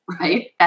right